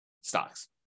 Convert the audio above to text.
stocks